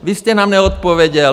Vy jste nám neodpověděl.